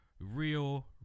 real